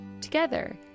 Together